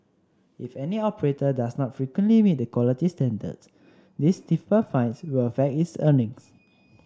if any operator does not frequently meet the quality standards these stiffer fines will affect its earnings